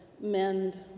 mend